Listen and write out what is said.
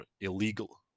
illegal